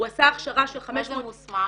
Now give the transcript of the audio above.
הוא עשה הכשרה של 500 -- מה זה מוסמך?